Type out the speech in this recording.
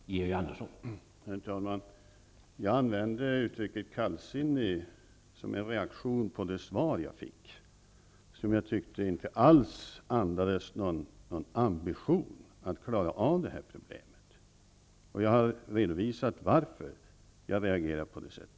Herr talman! Jag använde uttrycket kallsinnig som en reaktion på det svar jag fick som inte alls andades någon ambition att lösa problemet. Jag har redovisat varför jag reagerade på det sättet.